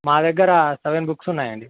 మా దగ్గర seven books ఉన్నాయండి